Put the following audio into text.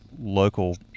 local